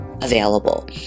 available